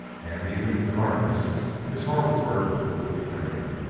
and even in the darkness his horrible burden would betray him.